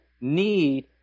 need